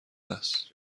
است